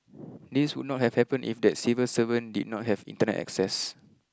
this would not have happened if that civil servant did not have Internet access